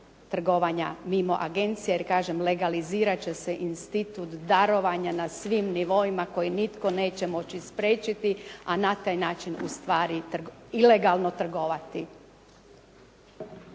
trgovanja mimo Agencije, jer kažem legalizirat će se institut darovanja na svim nivou koji nitko neće moći spriječiti, a na taj način ustvari ilegalno trgovati.